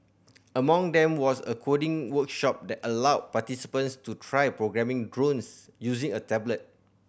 among them was a coding workshop that allowed participants to try programming drones using a tablet